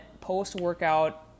post-workout